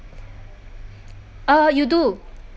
uh you do